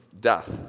death